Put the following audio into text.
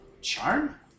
Charm